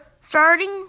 Starting